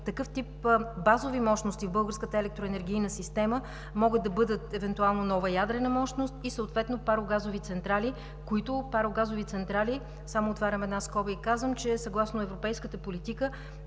такъв тип базови мощности в българската електроенергийна система могат да бъдат евентуално нова ядрена мощност и съответно парогазови централи, които парогазови централи – отварям една скоба и казвам, че съгласно европейската политика